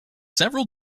several